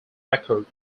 record